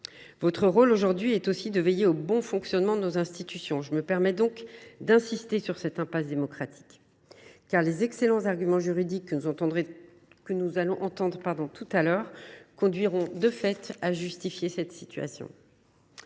Votre rôle aujourd’hui est aussi de veiller au bon fonctionnement de nos institutions. Je me permets donc d’insister sur cette impasse démocratique. En effet, les excellents arguments juridiques que nous entendrons tout à l’heure conduiront de fait à justifier cette situation.